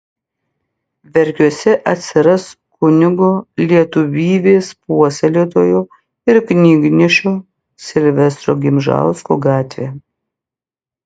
verkiuose atsiras kunigo lietuvybės puoselėtojo ir knygnešio silvestro gimžausko gatvė